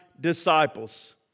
disciples